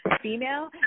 female